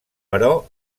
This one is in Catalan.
però